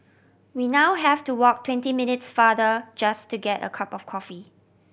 we now have to walk twenty minutes farther just to get a cup of coffee